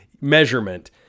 measurement